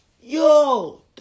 yo